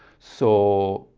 so,